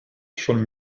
schon